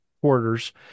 quarters